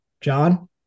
John